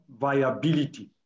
viability